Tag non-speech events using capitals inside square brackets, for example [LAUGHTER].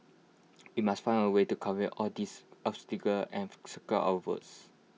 [NOISE] we must find A way to circumvent all these obstacles and secure our votes